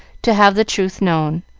to have the truth known.